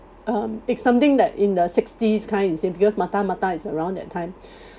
um it's something that in the sixties kind you see because mata mata is around that time